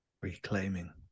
Reclaiming